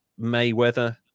mayweather